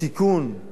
תיקון